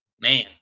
man